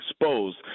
exposed